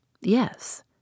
Yes